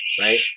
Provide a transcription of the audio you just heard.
Right